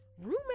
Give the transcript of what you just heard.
roommate